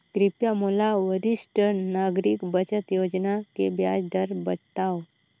कृपया मोला वरिष्ठ नागरिक बचत योजना के ब्याज दर बतावव